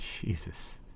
Jesus